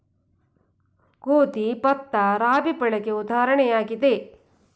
ಗೋಧಿ, ಭತ್ತ, ರಾಬಿ ಬೆಳೆಗೆ ಉದಾಹರಣೆಯಾಗಿದೆ